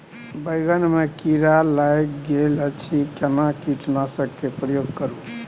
बैंगन में कीरा लाईग गेल अछि केना कीटनासक के प्रयोग करू?